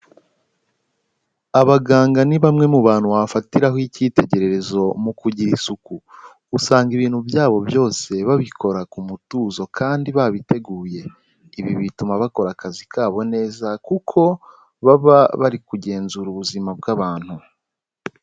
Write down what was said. Abaganga ni bamwe mu bantu wabafatiraho icyitegererezo mu kugira isuku, usanga ibintu byabo byose babikora ku mutuzo kandi babiteguye, ibi bituma bakora akazi kabo neza kuko baba bari kugenzura ubuzima bw'abantu.